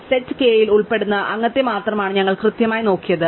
set കെയിൽ ഉൾപ്പെടുന്ന അംഗത്തെ മാത്രമാണ് ഞങ്ങൾ കൃത്യമായി നോക്കിയത്